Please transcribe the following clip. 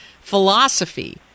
philosophy